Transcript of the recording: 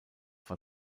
war